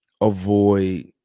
avoid